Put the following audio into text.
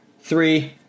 three